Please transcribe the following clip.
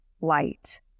light